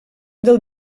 del